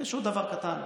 יש עוד דבר קטן,